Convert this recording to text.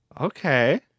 Okay